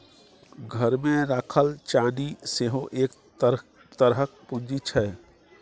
घरमे राखल चानी सेहो एक तरहक पूंजी छै